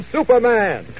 Superman